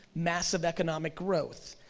massive economic growth,